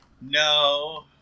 No